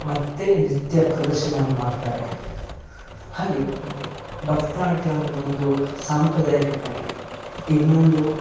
ಮತ್ತೆ ನೃತ್ಯ ಪ್ರದರ್ಶನವನ್ನು ಮಾಡ್ತಾರೆ ಹಾಗೆ ಭರತನಾಟ್ಯ ಅನ್ನದು ಒಂದು ಸಾಂಪ್ರದಾಯಿಕ ಕಲೆ ಇನ್ನೊಂದು